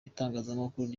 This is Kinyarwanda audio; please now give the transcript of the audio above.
itangazamakuru